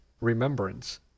remembrance